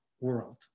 world